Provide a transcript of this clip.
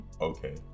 Okay